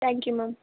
thank you ma'am